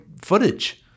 footage